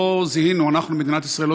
מדינת ישראל,